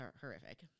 horrific